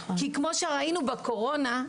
כי כמו שראינו בקורונה,